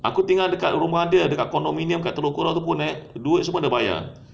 aku tinggal dekat rumah dia dekat condominium kan kat telok kurau tu pun kan eh duduk semua dia bayar